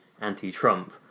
anti-Trump